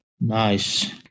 Nice